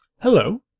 Hello